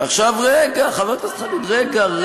בוא נעשה את זה חוקי.